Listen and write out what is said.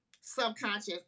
subconscious